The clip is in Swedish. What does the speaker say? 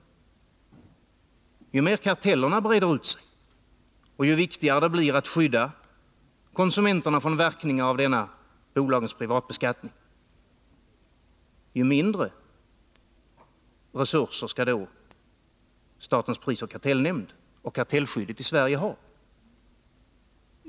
Men ju mer kartellerna breder ut sig och ju viktigare det blir att skydda konsumenterna från verkningar av dessa bolags privatbeskattning, desto mindre resurser skall då statens prisoch kartellnämnd och kartellskyddet i Sverige ha.